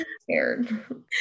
scared